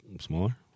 smaller